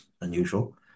unusual